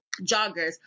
joggers